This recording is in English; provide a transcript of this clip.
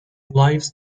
lifes